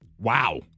Wow